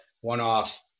one-off